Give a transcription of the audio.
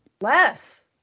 Less